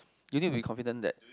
you need to be confident that